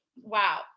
wow